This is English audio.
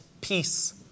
peace